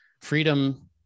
freedom